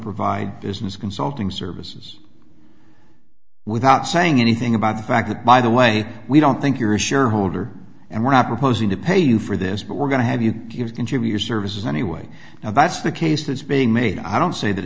provide business consulting services without saying anything about the fact that by the way we don't think you're a shareholder and we're not proposing to pay you for this but we're going to have you give contributors services anyway now that's the case that's being made i don't say that